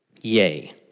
Yay